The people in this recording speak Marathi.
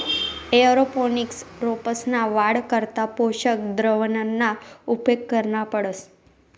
एअरोपोनिक्स रोपंसना वाढ करता पोषक द्रावणना उपेग करना पडस